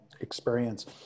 experience